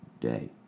day